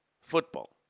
football